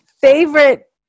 favorite